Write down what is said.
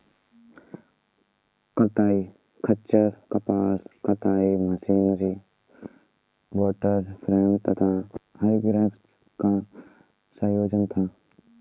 कताई खच्चर कपास कताई मशीनरी वॉटर फ्रेम तथा हरग्रीव्स का संयोजन था